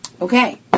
Okay